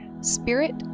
spirit